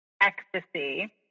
ecstasy